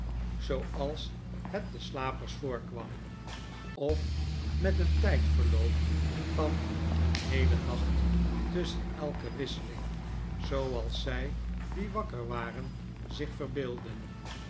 ben het den slapers voorkwam of met een tijdverloop van een heelen nacht tusschen elke wisseling zooals zij die wakker waren zich verbeeldden